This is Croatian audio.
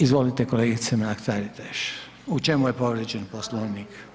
Izvolite kolegice Mrak Taritaš, u čemu je povrijeđen Poslovnik?